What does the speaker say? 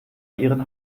ihren